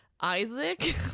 isaac